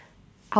I'll